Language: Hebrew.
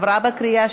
נתקבל.